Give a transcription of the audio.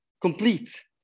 complete